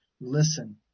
Listen